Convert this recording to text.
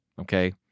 okay